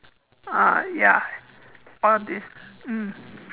uh ya all this mm